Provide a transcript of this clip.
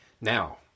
Now